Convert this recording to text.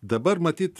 dabar matyt